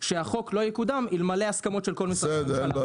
שהחוק לא יקודם אלמלא הסכמות של כל משרדי הממשלה.